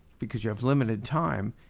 because you have limited time,